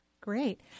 Great